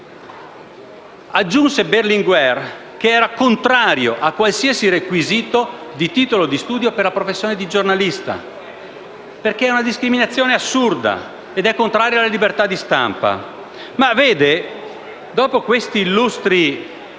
Aggiunse Berlinguer che era contrario a qualsiasi requisito di titolo di studio per la professione di giornalista, trattandosi di una discriminazione assurda contraria alla libertà di stampa. Dopo questi illustri